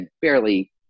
barely